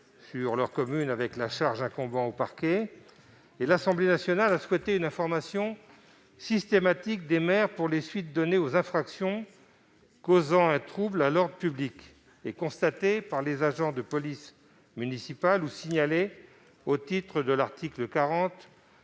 sur leur commune avec la charge incombant au parquet. L'Assemblée nationale avait prévu une information systématique des maires pour les suites données aux infractions causant un trouble à l'ordre public et constatées par les agents de police municipale ou signalées au titre de l'article 40